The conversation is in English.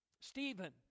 Stephen